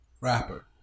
rapper